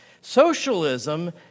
Socialism